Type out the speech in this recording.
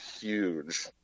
huge